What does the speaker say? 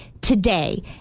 today